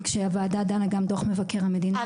כשהוועדה דנה גם דוח מבקר המדינה --- את